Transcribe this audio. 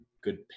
good